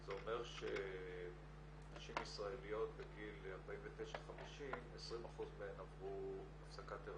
זה אומר ש-20% מהנשים הישראליות בגיל 50-49 עברו הפסקת היריון,